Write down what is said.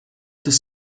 das